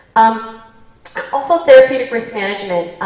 um also, therapeutic risk management,